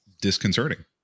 disconcerting